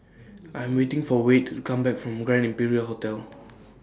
I Am waiting For Wayde to Come Back from Grand Imperial Hotel